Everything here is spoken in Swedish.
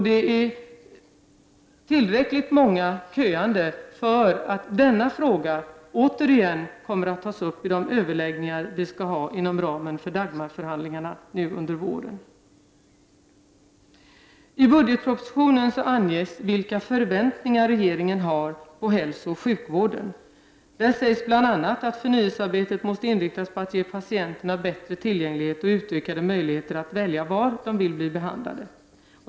Det finns tillräckligt många köande för att denna fråga återigen måste tas upp vid de överläggningar som skall föras vid Dagmarförhandlingarna nu under våren. I budgetpropositionen anges vilka förväntningar regeringen har på hälsooch sjukvården. Där sägs bl.a. att förnyelsearbetet måste inriktas på att ge patienterna bättre tillgänglighet och utökade möjligheter att välja var de vill bli behandlade.